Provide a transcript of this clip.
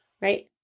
right